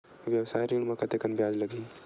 व्यवसाय ऋण म कतेकन ब्याज लगही?